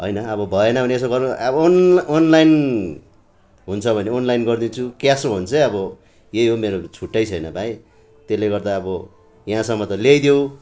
होइन अब भएन भने यसो गरौँ अब अन अनलाइन हुन्छ भने अनलाइन गरिदिन्छु क्यास हो भने चाहिँ अब यही हो मेरो छुट्टा छैन भाइ त्यसले गर्दा अब यहाँसम्म त ल्याइदेऊ